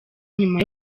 nyuma